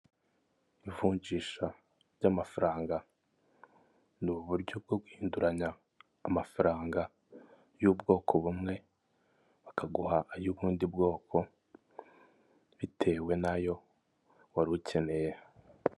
Ivunjisha ry'amafaranga ni uburyo bwo guhinduranya amafaranga y'ubwoko, bumwe bakaguha ay'ubundi bwoko bitewe n'ayo wari ukeneye.